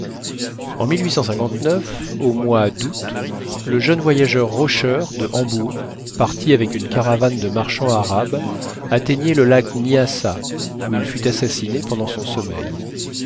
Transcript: en au mois d'août le jeune voyageur roscher de hambourg parti avec une caravane de marchands arabes atteignait le lac nyassa où il fut assassiné pendant son sommeil